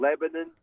Lebanon